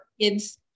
Kids